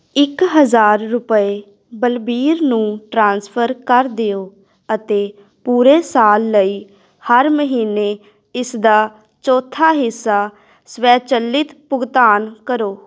ਇੱਕ ਹਜ਼ਾਰ ਰੁਪਏ ਬਲਬੀਰ ਨੂੰ ਟ੍ਰਾਂਸਫਰ ਕਰ ਦਿਓ ਅਤੇ ਪੂਰੇ ਸਾਲ ਲਈ ਹਰ ਮਹੀਨੇ ਇਸਦਾ ਚੌਥਾ ਹਿੱਸਾ ਸਵੈਚਲਿਤ ਭੁਗਤਾਨ ਕਰੋ